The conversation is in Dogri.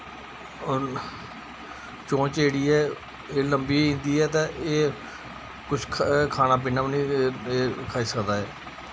ओह् चोंच जेह्ड़ी ऐ एह् लंबी होई जंदी ऐ तां एह् कुछ खाना पीना बी निं खाई सकदा ऐ